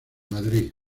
madrid